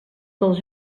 dels